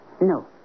No